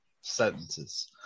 sentences